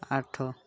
ଆଠ